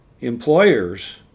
employers